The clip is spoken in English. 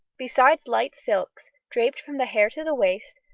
besides light silks draped from the hair to the waist,